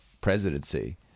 presidency